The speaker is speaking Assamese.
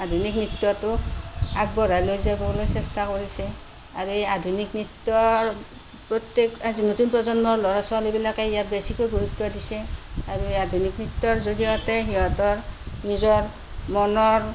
আধুনিক নৃত্যটো আগবঢ়াই লৈ যাবলৈ চেষ্টা কৰিছে আৰু এই আধুনিক নৃত্যৰ প্ৰত্যেক নতুন প্ৰজন্মৰ ল'ৰা ছোৱালীবিলাকে ইয়াত বেছিকৈ গুৰুত্ব দিছে আৰু এই আধুনিক নৃত্যৰ জৰিয়তে সিহঁতৰ নিজৰ মনৰ